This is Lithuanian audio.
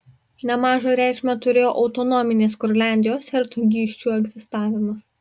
nemažą reikšmę turėjo autonominės kurliandijos hercogysčių egzistavimas